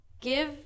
give